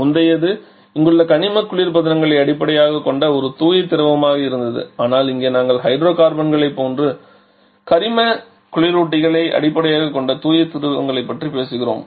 முந்தையது இங்குள்ள கனிம குளிர்பதனங்களை அடிப்படையாகக் கொண்ட ஒரு தூய திரவமாக இருந்தது ஆனால் இங்கே நாம் ஹைட்ரோகார்பன்கள் போன்ற கரிம குளிரூட்டிகள் அடிப்படையாகக் கொண்ட தூய திரவங்களைப் பற்றி பேசுகிறோம்